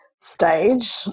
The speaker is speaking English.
stage